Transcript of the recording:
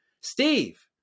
Steve